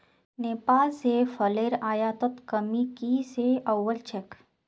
नेपाल स फलेर आयातत कमी की स वल छेक